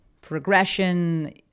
Progression